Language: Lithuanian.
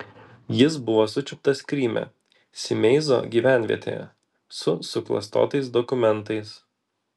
jis buvo sučiuptas kryme simeizo gyvenvietėje su suklastotais dokumentais